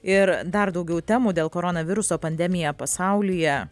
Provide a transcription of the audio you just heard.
ir dar daugiau temų dėl koronaviruso pandemija pasaulyje